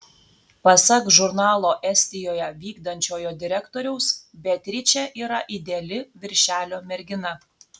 pasak žurnalo estijoje vykdančiojo direktoriaus beatričė yra ideali viršelio mergina